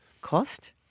Cost